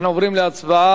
אנחנו עוברים להצבעה,